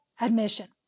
admission